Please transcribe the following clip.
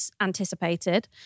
anticipated